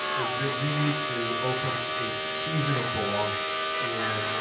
is that we need to open a seasonal belong yeah but